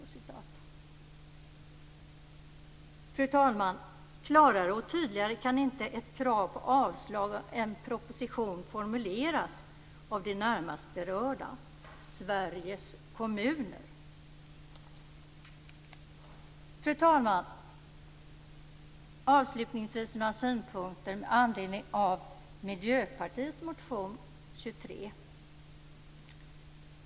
Klarare och tydligare kan inte ett krav på avslag på en proposition formuleras av de närmast berörda, Sveriges kommuner. Fru talman! Avslutningsvis har jag några synpunkter med anledning av Miljöpartiets motion 23.